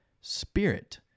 spirit